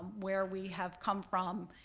where we have come from,